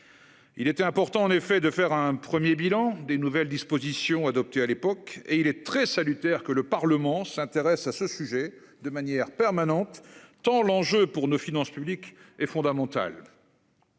Il était important en effet, de faire un 1er bilan des nouvelles dispositions adoptées à l'époque et il est très salutaire, que le Parlement s'intéressent à ce sujet de manière permanente, tant l'enjeu pour nos finances publiques est fondamental.